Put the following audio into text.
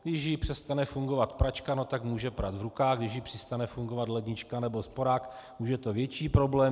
Když jí přestane fungovat pračka, tak může prát v ruce, když jí přestane fungovat lednička nebo sporák, už je to větší problém.